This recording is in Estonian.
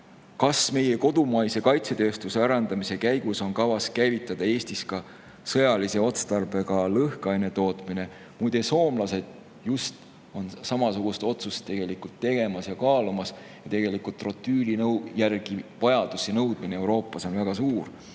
Kas meie kodumaise kaitsetööstuse arendamise käigus on kavas käivitada Eestis ka sõjalise otstarbega lõhkaine tootmine?" Muide, soomlased on just samasugust otsust tegemas ja kaalumas. Trotüüli vajadus ja nõudmine on Euroopas väga suur,